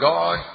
God